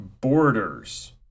borders